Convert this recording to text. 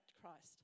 Christ